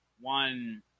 one